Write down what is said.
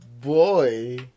boy